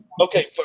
Okay